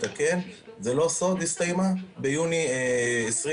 זה לא סוד שמחיר למשתכן הסתיימה ביוני 2020,